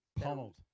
Pummeled